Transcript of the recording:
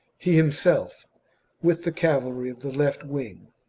he himself with the cavalry of the left wing,